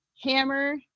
hammer